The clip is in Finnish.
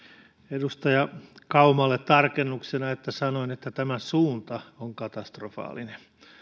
edustaja kaumalle tarkennuksena että sanoin että tämä suunta on katastrofaalinen